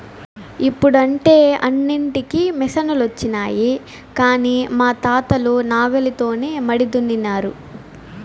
ఇప్పుడంటే అన్నింటికీ మిసనులొచ్చినాయి కానీ మా తాతలు నాగలితోనే మడి దున్నినారు